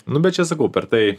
nu bet čia sakau per tai